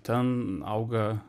ten auga